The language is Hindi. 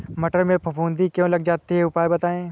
मटर में फफूंदी क्यो लग जाती है उपाय बताएं?